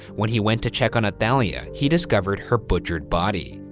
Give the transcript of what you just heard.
when he went to check on athalia, he discovered her butchered body.